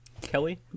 Kelly